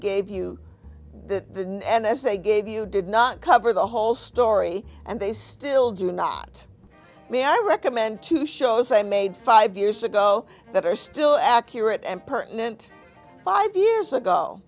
gave you the n s a gave you did not cover the whole story and they still do not me i recommend two shows i made five years ago that are still accurate and pertinent five years ago